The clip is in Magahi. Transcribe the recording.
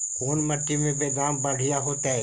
कोन मट्टी में बेदाम बढ़िया होतै?